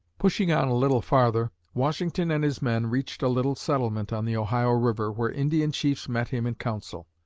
pushing on a little farther, washington and his men reached a little settlement on the ohio river, where indian chiefs met him in council.